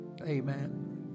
amen